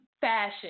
fashion